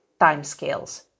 timescales